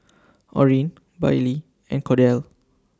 Orren Bailee and Kordell